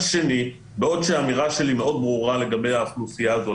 בעוד שהאמירה שלי מאוד ברורה לגבי האוכלוסייה הזו,